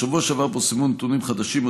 בשבוע שעבר פורסמו נתונים חדשים על